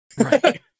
Right